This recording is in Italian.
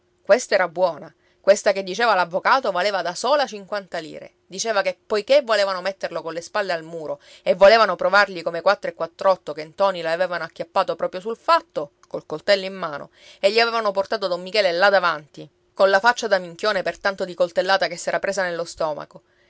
questa era buona questa che diceva l'avvocato valeva da sola cinquanta lire diceva che poiché volevano metterlo colle spalle al muro e volevano provargli come quattro e quattr'otto che ntoni l'avevano acchiappato proprio sul fatto col coltello in mano e gli avevano portato don michele là davanti colla faccia da minchione per tanto di coltellata che s'era presa nello stomaco